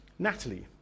Natalie